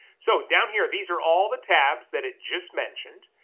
so down here, these are all the tabs that it just mentioned,